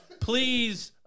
please